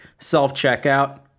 self-checkout